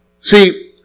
See